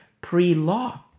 pre-law